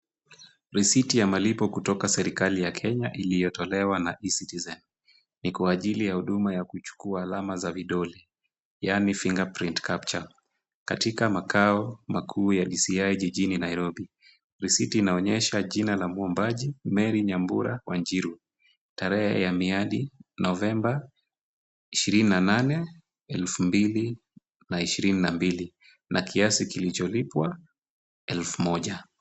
Risiti ya malipo kutoka serikali ya Kenya iliyotolewa na e-Citizen kwa ajili ya kuchukua alama za vidole yaani fingerprint capture katika makao makuu ya DCI jijini Nairobi. Risiti inaonyesha jina la mwombaji Mary Nyambura Wanjiru, tarehe ya miadi Novemba ishirini na nane elfu mbili na ishirini na mbili na kiasi kilicholipwa elfu moja.